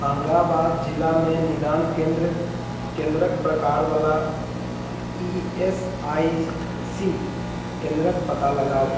आन्गाबाद जिलामे निदान केन्द्र केन्द्रके प्रकारवला ई एस आइ सी केन्द्रके पता लगाउ